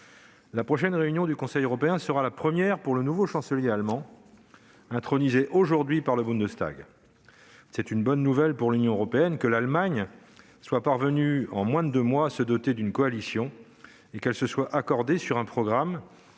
La prochaine réunion du Conseil européen sera la première pour le nouveau chancelier allemand, intronisé aujourd'hui même par le Bundestag. C'est une bonne nouvelle pour l'Union européenne que l'Allemagne soit parvenue, en moins de deux mois, à se doter d'une coalition et que celle-ci se soit accordée sur un programme